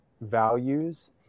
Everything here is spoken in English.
values